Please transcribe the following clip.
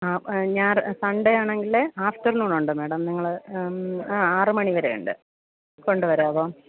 ആ സൺഡേ ആണെങ്കിൽ ആഫ്റ്റർനൂൺ ഉണ്ട് മാഡം നിങ്ങൾ ആ ആറ് മണി വരെ ഉണ്ട് കൊണ്ട് വരാമോ